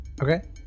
Okay